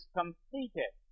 completed